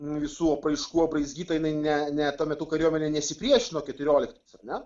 visų apraiškų apraizgyta jinai ne ne tuo metu kariuomenė nesipriešino keturioliktais ar ne